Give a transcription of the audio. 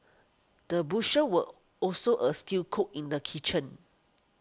the butcher were also a skilled cook in the kitchen